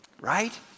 Right